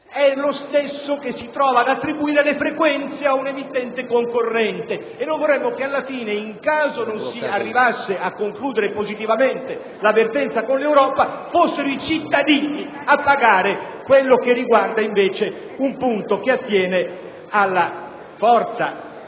è lo stesso che si trova ad attribuire le frequenze ad un'emittente concorrente; non vorremmo che alla fine, in caso non si arrivasse a concludere positivamente la vertenza con l'Europa, fossero i cittadini a pagare ciò che riguarda un punto attinente alla forza